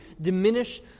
diminish